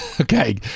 okay